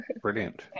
Brilliant